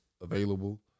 available